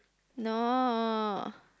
no